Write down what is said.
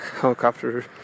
helicopter